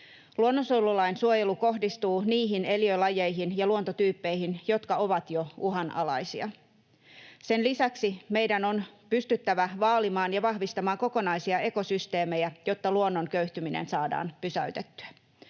Luonnonsuojelulain suojelu kohdistuu niihin eliölajeihin ja luontotyyppeihin, jotka ovat jo uhanalaisia. Sen lisäksi meidän on pystyttävä vaalimaan ja vahvistamaan kokonaisia ekosysteemejä, jotta luonnon köyhtyminen saadaan pysäytettyä.